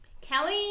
Kelly